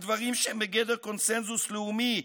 על דברים שהם בגדר קונסנזוס לאומי,